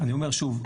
אני אומר שוב,